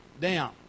down